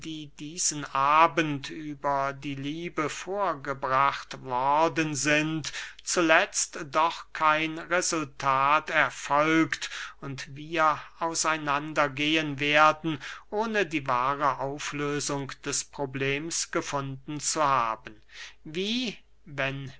diesen abend über die liebe vorgebracht worden sind zuletzt doch kein resultat erfolgt und wir aus einander gehen werden ohne die wahre auflösung des problems gefunden zu haben wie wenn